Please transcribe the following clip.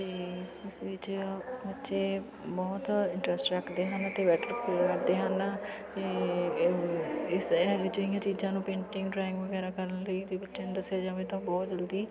ਅਤੇ ਉਸ ਵਿੱਚ ਬੱਚੇ ਬਹੁਤ ਇੰਟਰਸਟ ਰੱਖਦੇ ਹਨ ਅਤੇ ਹਨ ਅਤੇ ਇਹੋ ਇਸ ਇਹੋ ਜਿਹਿਆਂ ਚੀਜ਼ਾਂ ਨੂੰ ਪੇਂਟਿੰਗ ਡਰਾਇੰਗ ਵਗੈਰਾ ਕਰਨ ਲਈ ਬੱਚਿਆ ਨੂੰ ਦੱਸਿਆ ਜਾਵੇਂ ਤਾਂ ਬਹੁਤ ਜਲਦੀ